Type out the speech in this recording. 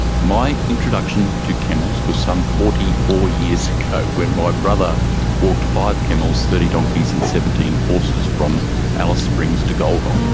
my introduction to camels was some forty four years ago when my brother walked five camels, thirty donkeys and seventeen horses from alice springs to gulgong.